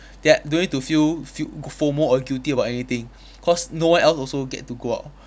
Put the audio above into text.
then I don't need to feel feel FOMO or guilty about anything cause no one else also get to go out